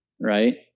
Right